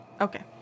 Okay